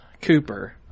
Cooper